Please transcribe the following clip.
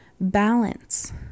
balance